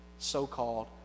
so-called